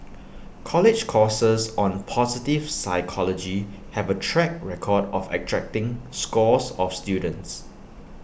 college courses on positive psychology have A track record of attracting scores of students